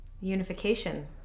Unification